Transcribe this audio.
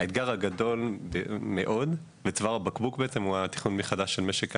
האתגר הגדול מאוד וצוואר הבקבוק בעצם הוא התכנון מחדש של משק האנרגיה.